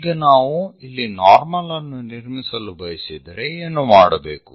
ಈಗ ನಾವು ಇಲ್ಲಿ ನಾರ್ಮಲ್ ಅನ್ನು ನಿರ್ಮಿಸಲು ಬಯಸಿದರೆ ಏನು ಮಾಡಬೇಕು